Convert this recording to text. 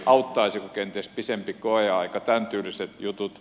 auttaisiko kenties pitempi koeaika tämäntyyliset jutut